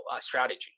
strategy